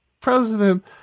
President